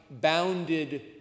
bounded